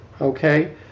Okay